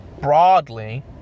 broadly